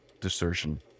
desertion